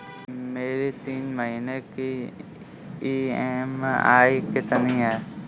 मेरी तीन महीने की ईएमआई कितनी है?